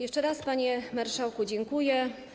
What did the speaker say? Jeszcze raz, panie marszałku, dziękuję.